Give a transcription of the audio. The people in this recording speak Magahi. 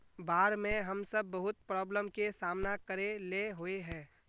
बाढ में हम सब बहुत प्रॉब्लम के सामना करे ले होय है?